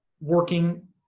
working